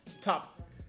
Top